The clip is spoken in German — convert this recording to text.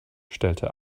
stellte